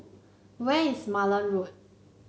where is Malan Road